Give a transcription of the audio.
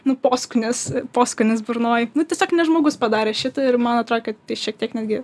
nu poskonis poskonis burnoj tiesiog ne žmogus padarė šitą ir man atrodo kad tai šiek tiek netgi